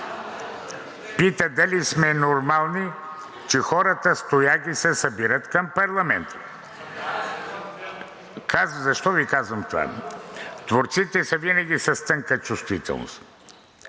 Пита дали сме нормални, че хората с тояги се събират към парламента. Защо Ви казвам това? Творците са винаги с тънка чувствителност.